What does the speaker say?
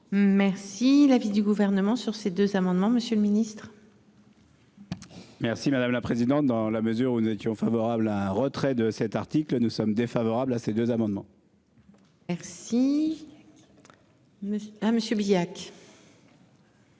Merci. L'avis du gouvernement sur ces deux amendements. Monsieur le Ministre. Merci madame la présidente, dans la mesure où nous étions favorables à un retrait de cet article nous sommes défavorables à ces deux amendements. Merci. Monsieur,